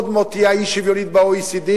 עוד מעט תהיה האי-שוויונית ב-OECD,